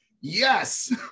yes